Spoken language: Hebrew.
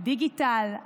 הדיגיטל,